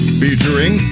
featuring